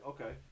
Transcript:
Okay